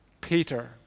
Peter